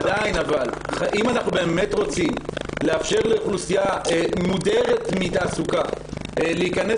עדיין אם אנחנו באמת רוצים לאפשר לאוכלוסייה מודרת מתעסוקה להיכנס